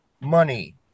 money